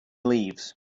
leaves